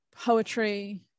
Poetry